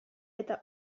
eta